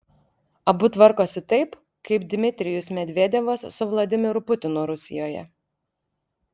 abu tvarkosi taip kaip dmitrijus medvedevas su vladimiru putinu rusijoje